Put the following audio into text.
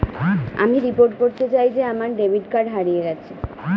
আমি রিপোর্ট করতে চাই যে আমার ডেবিট কার্ডটি হারিয়ে গেছে